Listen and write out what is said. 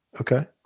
Okay